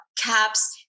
caps